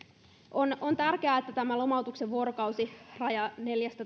on on tärkeää että tämä lomautuksen vuorokausiraja